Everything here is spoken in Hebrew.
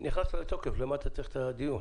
זה נכנס לתוקף, למה אתה צריך את הדיון?